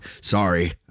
sorry